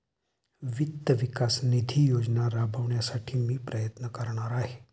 वित्त विकास निधी योजना राबविण्यासाठी मी प्रयत्न करणार आहे